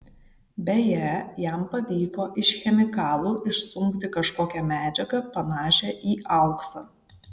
beje jam pavyko iš chemikalų išsunkti kažkokią medžiagą panašią į auksą